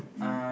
mm